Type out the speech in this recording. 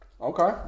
Okay